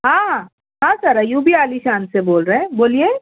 ہاں ہاں سر ایوبی عالی شان سے بول رہے ہیں بولیے